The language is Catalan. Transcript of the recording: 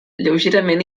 lleugerament